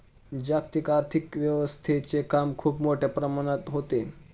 जागतिक आर्थिक व्यवस्थेचे काम खूप मोठ्या प्रमाणात होते